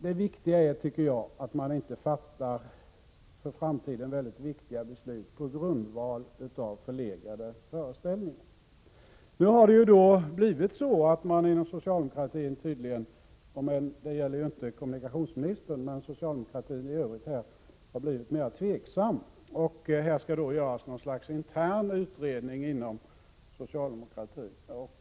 Det viktigaste tycker jag dock är att man inte fattar för framtiden mycket viktiga beslut på grundval av förlegade föreställningar. Inom socialdemokratin har man nu tydligen blivit mera tveksam — det gäller inte kommunikationsministern — och det skall göras något slags intern utredning.